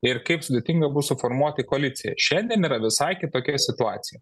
ir kaip sudėtinga bus suformuoti koaliciją šiandien yra visai kitokia situacija